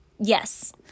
Yes